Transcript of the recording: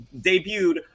debuted